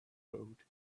road